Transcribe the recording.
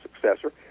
successor